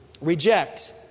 reject